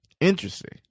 interesting